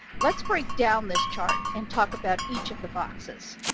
let's break down this chart and talk about each of the boxes.